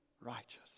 righteous